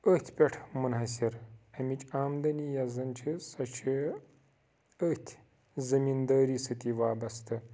أتھۍ پٮ۪ٹھ مُنحصِر اَمِچ آمدٔنی یۄس زَن چھِ سۄ چھِ أتھۍ زٔمیٖندٲری سۭتی وابسطہٕ